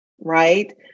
right